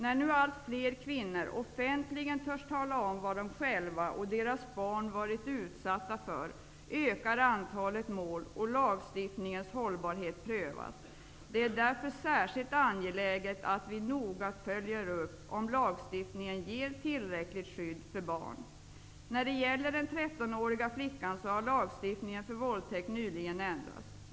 När nu allt fler kvinnor offentligt törs tala om vad de själva och deras barn varit utsatta för ökar antalet mål och lagstiftningens hållbarhet prövas. Därför är det särskilt angeläget att vi noga följer upp om lagstiftningen ger tillräckligt skydd för barn. När det gäller den trettonåriga flickan, har lagstiftningen för våldtäkt nyligen ändrats.